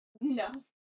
No